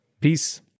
Peace